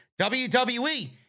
WWE